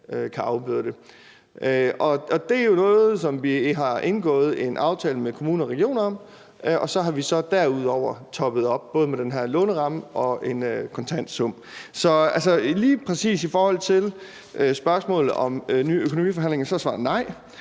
kan afbøde det. Det er jo noget, som vi har indgået en aftale med kommuner og regioner om, og så har vi derudover toppet op, både med den her låneramme og en kontant sum. Så lige præcis i forhold til spørgsmålet om nye økonomiforhandlinger er svaret nej.